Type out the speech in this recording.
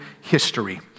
history